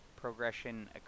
progression